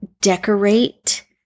decorate